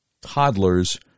Toddlers